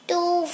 Two